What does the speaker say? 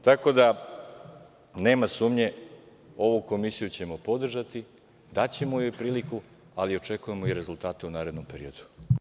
Tako da nema sumnje, ovu komisiju ćemo podržati, daćemo joj priliku, ali očekujemo i rezultate u narednom periodu.